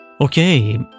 Okay